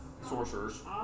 sorcerers